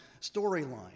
storyline